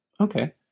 Okay